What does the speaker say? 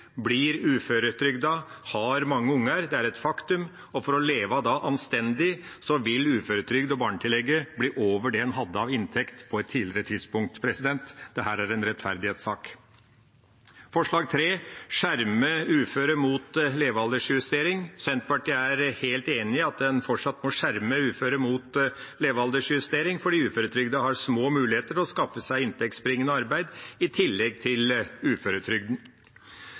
blir uføretrygdet og har mange unger. Det er et faktum, og for å leve anstendig vil uføretrygd og barnetillegget bli over det en hadde av inntekt på et tidligere tidspunkt. Dette er en rettferdighetssak. Forslag nr. 3 er om å skjerme uføre mot levealdersjustering. Senterpartiet er helt enig i at en fortsatt må skjerme utføre mot levealdersjustering, fordi uføretrygdede har små muligheter til å skaffe seg inntektsbringende arbeid i tillegg til uføretrygden.